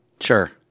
Sure